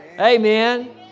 Amen